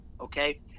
okay